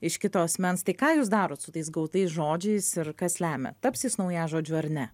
iš kito asmens tai ką jūs darot su tais gautais žodžiais ir kas lemia taps jis naujažodžiu ar ne